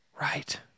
Right